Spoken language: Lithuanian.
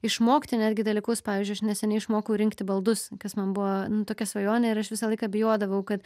išmokti netgi dalykus pavyzdžiui aš neseniai išmokau rinkti baldus kas man buvo tokia svajonė ir aš visą laiką bijodavau kad